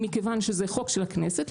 מכיוון שזה חוק של הכנסת,